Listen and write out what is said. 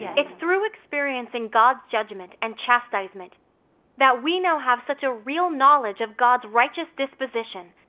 it's through experiencing god's judgment and chastisement that we now have such a real knowledge of god's righteous disposition,